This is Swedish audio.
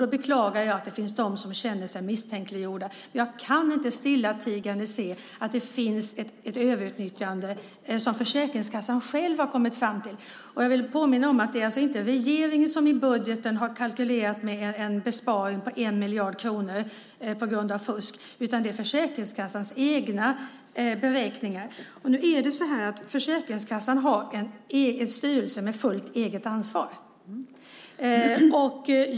Då beklagar jag att det finns de som känner sig misstänkliggjorda, men jag kan inte stillatigande se att det finns ett överutnyttjande som Försäkringskassan själv har kommit fram till. Jag vill påminna om att det alltså inte är regeringen som i budgeten har kalkylerat med en besparing på 1 miljard kronor på grund av uteblivet fusk, utan det är Försäkringskassans egna beräkningar. Försäkringskassan har en egen styrelse med fullt eget ansvar.